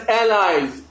allies